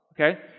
okay